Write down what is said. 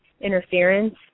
interference